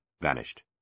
vanished